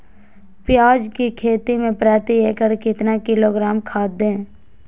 प्याज की खेती में प्रति एकड़ कितना किलोग्राम खाद दे?